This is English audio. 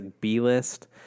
B-list